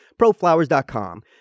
proflowers.com